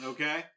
Okay